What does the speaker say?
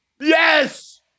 Yes